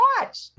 watch